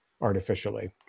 artificially